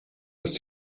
ist